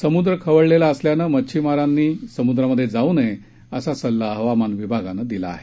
समुद्र खवळलेला असल्यानं मच्छीमाऱ्यांनी समुद्रात जाऊ नये असा सल्ला हवामान विभागानं दिला आहे